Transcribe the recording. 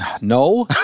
No